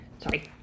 Sorry